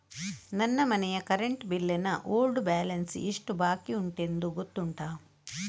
ನನ್ನ ಮನೆಯ current bill ನ ಓಲ್ಡ್ ಬ್ಯಾಲೆನ್ಸ್ ಎಷ್ಟು ಬಾಕಿಯುಂಟೆಂದು ಗೊತ್ತುಂಟ?